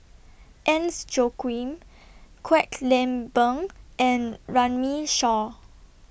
Agnes Joaquim Kwek Leng Beng and Runme Shaw